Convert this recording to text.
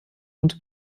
und